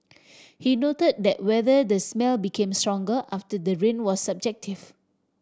he noted that whether the smell became stronger after the rain was subjective